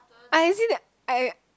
I as in I